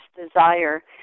desire